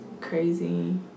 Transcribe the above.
crazy